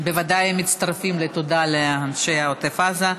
בוודאי מצטרפים לתודה לאנשי עוטף עזה.